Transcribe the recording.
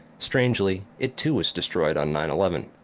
strangely, it too was destroyed on nine eleven,